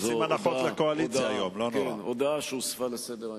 זאת הודעה שהוספה לסדר-היום.